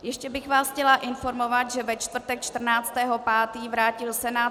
Ještě bych vás chtěla informovat, že ve čtvrtek 14. 5. vrátil Senát